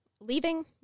leaving